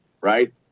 right